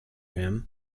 him